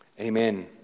Amen